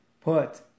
put